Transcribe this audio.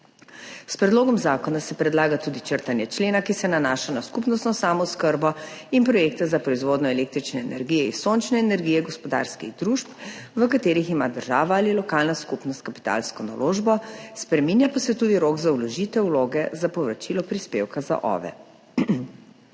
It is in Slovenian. S predlogom zakona se predlaga tudi črtanje člena, ki se nanaša na skupnostno samooskrbo in projekte za proizvodnjo električne energije iz sončne energije gospodarskih družb, v katerih ima država ali lokalna skupnost kapitalsko naložbo. Spreminja pa se tudi rok za vložitev vloge za povračilo prispevka za OVE.